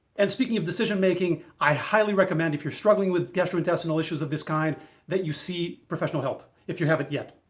and speaking of decision-making, i highly recommend if you're struggling with gastrointestinal issues of this kind that you see professional help if you haven't yet.